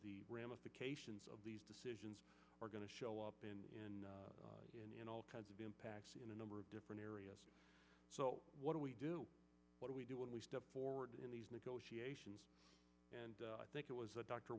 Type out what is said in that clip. the ramifications of these decisions are going to show up in all kinds of impacts in a number of different areas so what do we do what do we do when we step forward in these negotiations and i think it was a doctor